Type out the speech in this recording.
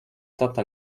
tata